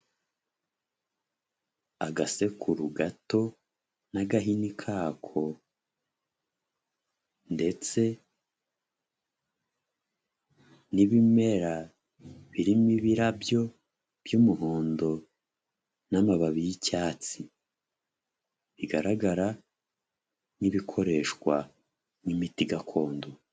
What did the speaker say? Agasekuru gato n'agahini kako ndetse n'ibimera birimo ibirabyo by'umuhondo n'amababi y'icyatsi bigaragara nk'ibikoreshwa nk'imiti gakondo.